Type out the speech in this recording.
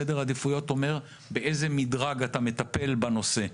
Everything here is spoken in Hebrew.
סדר עדיפויות אומר באיזה מדרג אתה מטפל בנושא.